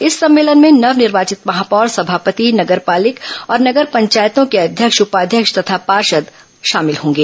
इस सम्मेलन में नव निर्वाचित महापौर समापति नगर पालिक और नगर पंचायतों के अध्यक्ष उपाध्यक्ष तथा पार्षद शामिल होंगे